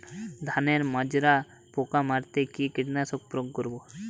ধানের মাজরা পোকা মারতে কি কীটনাশক প্রয়োগ করব?